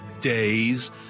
days